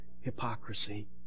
hypocrisy